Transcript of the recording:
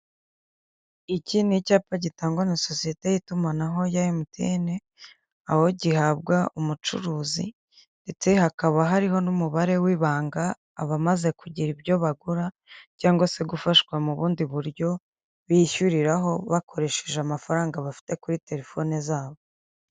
Iki ni icyapa gitangwa na sosiyete y'itumanaho ya MTN, aho gihabwa umucuruzi ndetse hakaba hariho n'umubare w'ibanga abamaze kugira ibyo bagura cyangwa se gufashwa mu bundi buryo bishyuriraho bakoresheje amafaranga bafite kuri telefone zabo.